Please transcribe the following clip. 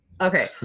Okay